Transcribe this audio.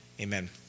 Amen